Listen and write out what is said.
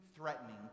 threatening